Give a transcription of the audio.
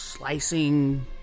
Slicing